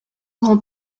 grand